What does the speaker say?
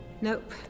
Nope